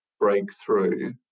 Breakthrough